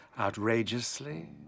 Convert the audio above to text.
outrageously